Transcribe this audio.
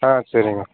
ஆ சரிங்க